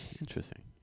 interesting